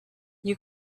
you